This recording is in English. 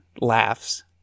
laughs